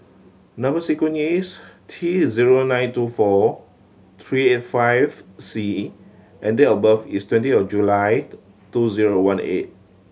number sequence is T zero nine two four three eight five C and date of birth is twenty of July two zero one eight